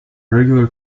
regular